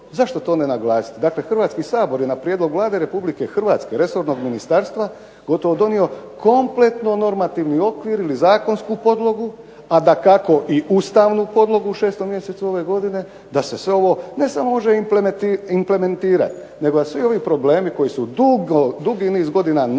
Zašto to ne naglasiti? Dakle, Hrvatski sabor je na prijedlog Vlade RH, resornog ministarstva, gotovo donio kompletno normativni okvir ili zakonsku podlogu, a dakako i ustavnu podlogu u 6. mjesecu ove godine, da se sve ovo ne samo može implementirati nego da svi ovi problemi koji su dugi niz godina nagomilani